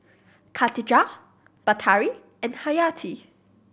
Katijah Batari and Haryati